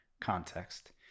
context